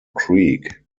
creek